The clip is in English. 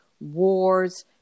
wars